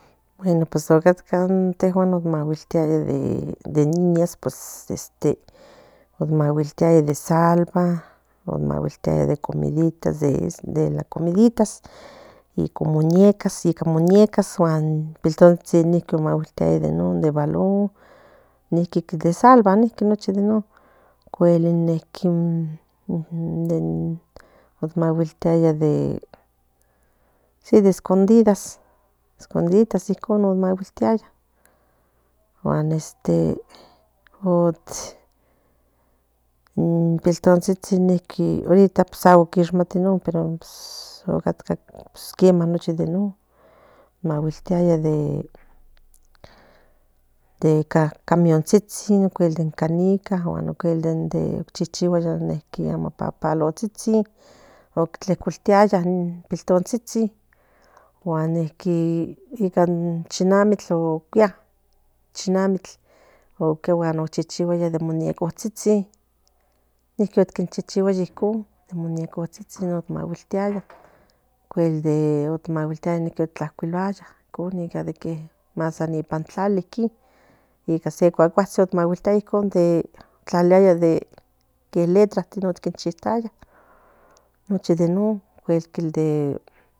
Bueno pos ocatca intehuan otmaguiltiaya de de niñas pos esté otmaguiltiaya de salva ot maguiltiaya de de la comiditas ica muñecas ica muñecas huan piltonzhizhin niki otmaguiltiaya de non de bolon niki kil de salva nochi de non cuel in neki in in den ot maguiltiaya de si de escondidas escondiditas icon ot maguiltiaya huan esté ot in piltonzhizhin okin orita aco kixmati non ocatca pos quiema nochi de non maguiltia dé camiozjizhin ocuel den canika ocuel dende oc chichihuaya dende amapapalozhizhin oc tlecultiya in pipiltonzhin huan neki ican chinamil oc cuia chinamil oc cuia huan oc chichihuaya de muñeco zhizhin niki ot kin chichihuaya icon muñeco zhizhin ot maguiltiaya ocuel ot maguiltia niki ot tlacuiluaya icon man san ipan tlal ikin i ica se cuacuazhin ot maguiltiaya icon de ot tlaliliaya dé de que letratin ot kin chitaya nochi de non cuel kil de.